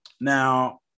Now